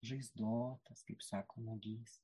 žaizdotas kaip sako nagys